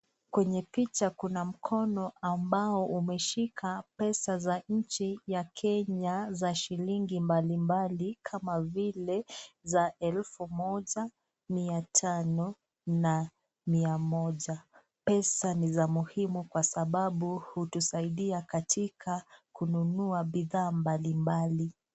Kwenye picha kuna mkono ambao umeshika pesa za nchi ya Kenya za shilingi mbali mbali kama vile za elfu moja ,mia tano na mia moja. Pesa ni za muhimu kwa sababu hutusaidia Katika kununua bidhaa mbali mbali.